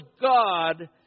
God